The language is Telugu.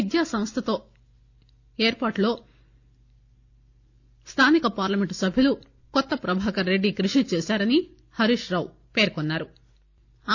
విద్యాసంస్థ ఏర్పాటులో స్థానిక పార్లమెంట్ సభ్యులు కొత్త ప్రభాకర్ రెడ్డి కృషిచేశారని హరీష్ రావు పేర్కొన్నా రు